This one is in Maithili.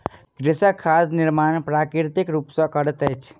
कृषक खाद निर्माण प्राकृतिक रूप सॅ करैत अछि